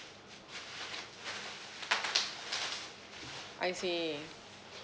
I see